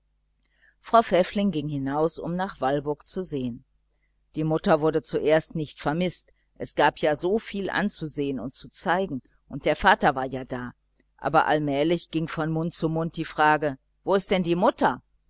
frau pfäffling ging hinaus nach walburg zu sehen die mutter wurde zuerst nicht vermißt es gab ja so viel anzusehen und zu zeigen und der vater war ja da aber allmählich ging von mund zu mund die frage wo ist denn die mutter